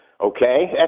okay